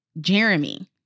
jeremy